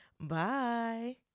Bye